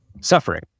suffering